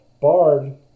Bard